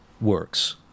works